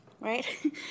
right